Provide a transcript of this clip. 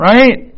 Right